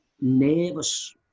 nervous